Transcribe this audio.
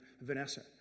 Vanessa